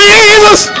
Jesus